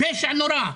זה פשע נורא.